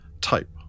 type